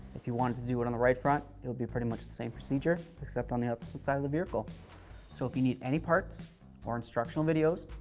if you want to do it on the right front, it will be pretty much the same procedure except on the opposite side of the vehicle so if you need any parts or instructional videos,